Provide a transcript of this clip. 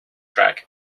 track